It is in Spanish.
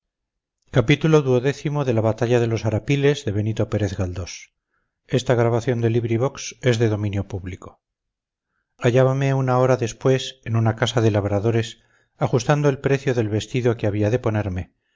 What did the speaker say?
hallábame una hora después en una casa de labradores ajustando el precio del vestido que había de ponerme